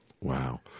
Wow